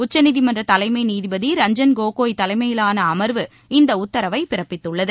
உச்சநீதிமன்ற தலைமை நீதிபதி ரஞ்சன் கோகோய் தலைமையிலான அமர்வு இந்த உத்தரவைப் பிறப்பித்துள்ளது